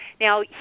Now